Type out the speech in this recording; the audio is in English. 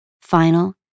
final